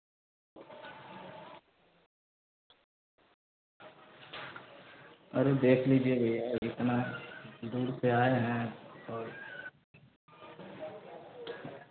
अरे देख लीजिए भैया इतना दूर से आए हैं तो